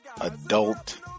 adult